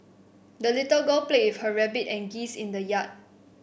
the little girl played with her rabbit and geese in the yard